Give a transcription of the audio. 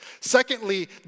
Secondly